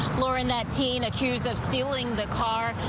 lauren that teen accused of stealing the car.